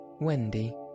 Wendy